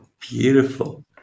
Beautiful